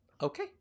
Okay